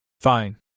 Fine